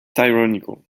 tyrannical